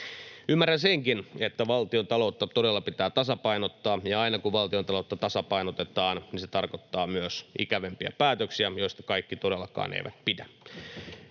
Ymmärrän senkin, että valtiontaloutta todella pitää tasapainottaa, ja aina, kun valtiontaloutta tasapainotetaan, se tarkoittaa myös ikävämpiä päätöksiä, joista kaikki todellakaan eivät pidä.